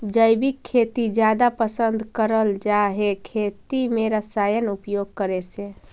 जैविक खेती जादा पसंद करल जा हे खेती में रसायन उपयोग करे से